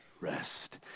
rest